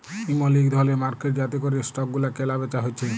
ইমল ইক ধরলের মার্কেট যাতে ক্যরে স্টক গুলা ক্যালা বেচা হচ্যে